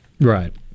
Right